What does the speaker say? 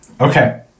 okay